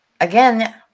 again